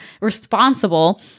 responsible